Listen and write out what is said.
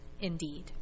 indeed